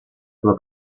stato